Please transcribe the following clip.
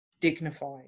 dignified